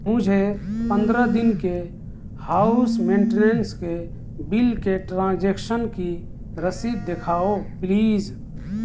مجھے پندرہ دن کے ہاؤس مینٹیننس کے بل کے ٹرانجیکشن کی رسید دکھاؤ پلیز